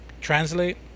translate